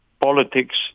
politics